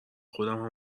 خودم